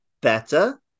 better